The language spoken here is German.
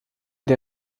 der